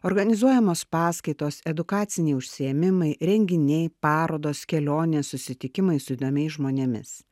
organizuojamos paskaitos edukaciniai užsiėmimai renginiai parodos kelionės susitikimai su įdomiais žmonėmis